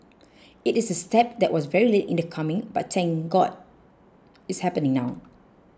it is a step that was very late in coming but thank God it's happening now